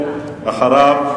ואחריו,